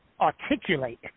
articulate